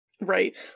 Right